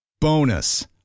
Bonus